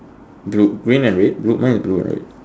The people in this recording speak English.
blue green and red blue mine is blue right